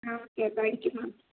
ah okay thank you ma'am